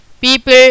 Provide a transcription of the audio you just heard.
people